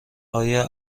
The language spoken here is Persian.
ایا